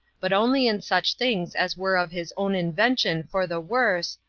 but only in such things as were of his own invention for the worse,